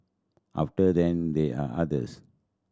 after then there are others